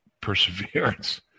perseverance